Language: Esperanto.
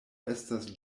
estas